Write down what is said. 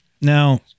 Now